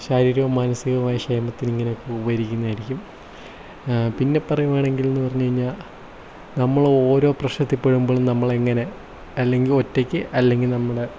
ശാരീരികവും മാനസികവുമായ ക്ഷേമത്തിന് ഇങ്ങനെ ഉപകരിക്കുന്നതായിരിക്കും പിന്നെ പറയുകയാണെങ്കിൽ എന്ന് പറഞ്ഞ് കഴിഞ്ഞാൽ നമ്മൾ ഓരോ പ്രശ്നത്തിൽ പെടുമ്പോഴും നമ്മൾ എങ്ങനെ അല്ലെങ്കിൽ ഒറ്റയ്ക്ക് അല്ലെങ്കിൽ നമ്മൾ